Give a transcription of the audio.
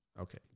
Okay